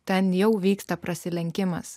ten jau vyksta prasilenkimas